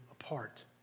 apart